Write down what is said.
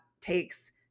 takes